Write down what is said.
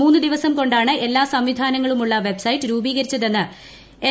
മൂന്നു ദിവസം കൊണ്ടാണ് എല്ലാ സംവിധാനങ്ങളുമുള്ള വെബ്സൈറ്റ് രൂപീകരിച്ചതെന്ന് എൻ